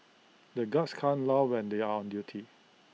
the guards can't laugh and they are on duty